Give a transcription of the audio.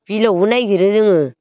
बिलोआवबो नायगिरो जोङो